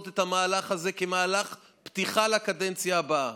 את המהלך הזה כמהלך פתיחה לקדנציה הבאה.